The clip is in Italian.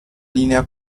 linea